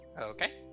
Okay